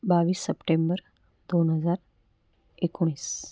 बावीस सप्टेंबर दोन हजार एकोणीस